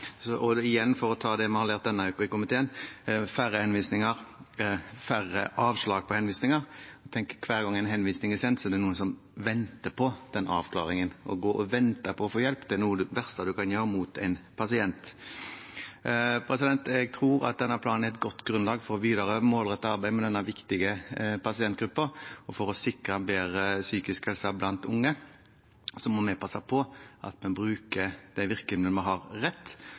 Igjen, for å ta det vi har lært denne uken i komiteen: Færre henvisninger gir færre avslag på henvisninger. Tenk på at hver gang en henvisning er sendt, er det noen som venter på den avklaringen. Å la en pasient gå og vente på å få hjelp er noe av det verste en kan gjøre mot ham. Jeg tror denne planen er et godt grunnlag for et videre målrettet arbeid med denne viktige pasientgruppen og for å sikre en bedre psykisk helse blant unge. Og så må vi passe på å bruke de virkemidlene som vi har, rett,